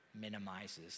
minimizes